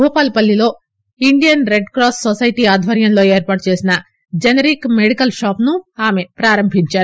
భూపాలపల్లిలో Indian Red Cross society ఆధ్వర్యంలో ఏర్పాటు చేసిన జనరిక్ మెడికల్షాప్ను ఆమె ప్రారంభించారు